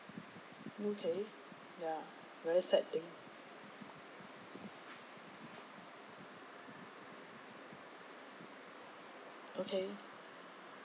okay ya very sad thing okay